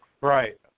right